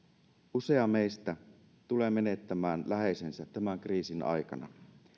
usea meistä tulee menettämään läheisensä tämän kriisin aikana